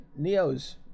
Neos